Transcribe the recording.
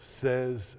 says